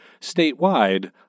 Statewide